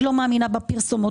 אני לא מאמינה בפרסומות.